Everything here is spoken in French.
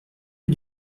rue